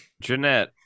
Jeanette